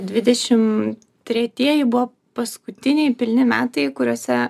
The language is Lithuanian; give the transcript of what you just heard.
dvidešim tretieji buvo paskutiniai pilni metai kuriuose